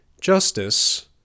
Justice